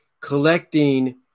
collecting